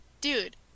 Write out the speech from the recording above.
dude